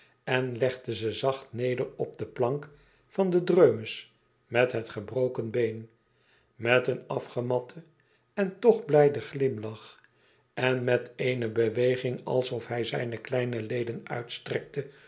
en legde ze zacht neder op de plank van den dreumis met het gebroken been met een afgematten en toch blijden glimlach en met eene beweging alsof hij zijne kleine leden uitstrekte